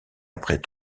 après